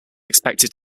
expected